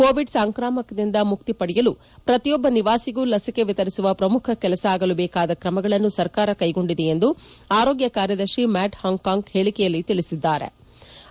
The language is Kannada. ಕೋವಿಡ್ ಸಾಂಕಾಮಿಕದಿಂದ ಮುಕ್ತಿ ಪಡೆಯಲು ಪ್ರತಿಯೊಬ್ಲ ನಿವಾಸಿಗೂ ಲಸಿಕೆ ವಿತರಿಸುವ ಪ್ರಮುಖ ಕೆಲಸ ಆಗಲು ಬೇಕಾದ ಕ್ರಮಗಳನ್ನು ಸರ್ಕಾರ ಕೈಗೊಂಡಿದೆ ಎಂದು ಆರೋಗ್ಲ ಕಾರ್ಯದರ್ತಿ ಮ್ಯಾಟ್ ಹಾಂಕಾಂಕ್ ಹೇಳಿಕೆಯಲ್ಲಿ ತಿಳಿಸಿದ್ಗಾರೆ